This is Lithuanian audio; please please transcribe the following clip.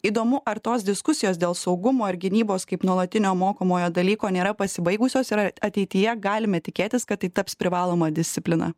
įdomu ar tos diskusijos dėl saugumo ir gynybos kaip nuolatinio mokomojo dalyko nėra pasibaigusios ir ar ateityje galime tikėtis kad tai taps privaloma disciplina